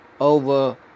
Over